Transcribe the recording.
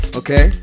okay